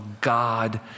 God